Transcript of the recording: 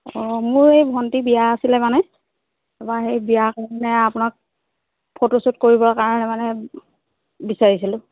অ' মোৰ এই ভন্টীৰ বিয়া আছিলে মানে তাৰ পৰা সেই বিয়া কাৰণে আপোনাক ফটো শ্বুট কৰিবৰ কাৰণে মানে বিচাৰিছিলো